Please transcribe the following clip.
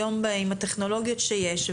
היום עם הטכנולוגיות שיש,